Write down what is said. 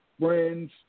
Friends